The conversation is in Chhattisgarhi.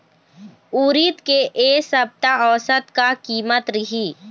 उरीद के ए सप्ता औसत का कीमत रिही?